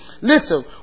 Listen